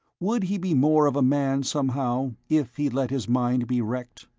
would he be more of a man, somehow, if he let his mind be wrecked?